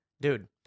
Dude